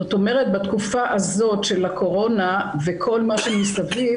זאת אומרת בתקופה הזאת של הקורונה וכל מה שמסביב